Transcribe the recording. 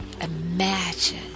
imagine